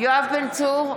יואב בן צור,